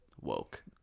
woke